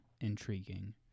intriguing